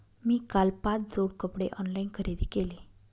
मी काल पाच जोड कपडे ऑनलाइन खरेदी केले